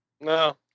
No